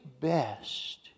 best